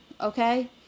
Okay